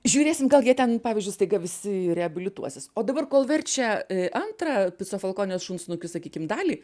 žiūrėsim gal jie ten pavyzdžiui staiga visi reabilituosis o dabar kol verčia antrą pico folkonės šunsnukių sakykim dalį